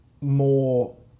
more